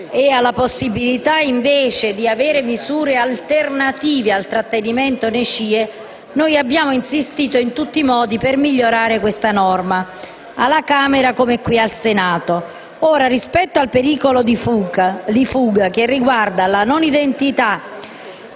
e alla possibilità di avere invece misure alternative al trattenimento nei CIE, noi abbiamo insistito in tutti i modi per migliorare questa norma alla Camera come al Senato. Rispetto al pericolo di fuga, che riguarda la non identità,